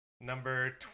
Number